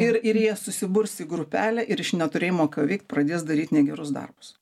ir ir jie susiburs į grupelę ir iš neturėjimo ką veikt pradės daryt negerus darbus